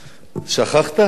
שכחת?